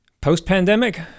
post-pandemic